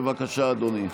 בבקשה, אדוני.